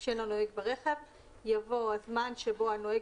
של הנוהג ברכב" יבוא "הזמן שבו הנוהג